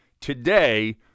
today